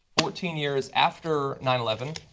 fourteen years after nine eleven.